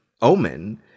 Omen